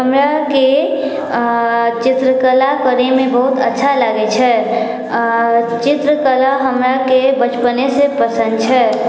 हमराके चित्रकला करैमे बहुत अच्छा लगै छै चित्रकला हमराके बचपनेसँ पसन्द छै